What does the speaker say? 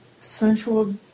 sensual